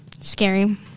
scary